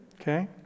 Okay